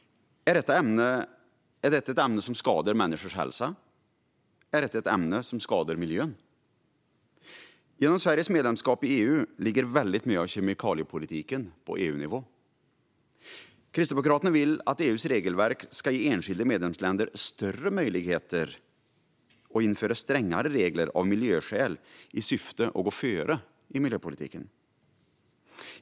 Är detta ett ämne som skadar människors hälsa? Är detta ett ämne som skadar miljön? Genom Sveriges medlemskap i EU ligger väldigt mycket av kemikaliepolitiken på EU-nivå. Kristdemokraterna vill att EU:s regelverk ska ge enskilda medlemsländer större möjligheter att införa strängare regler av miljöskäl i syfte att gå före i miljöpolitiken.